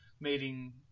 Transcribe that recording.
meeting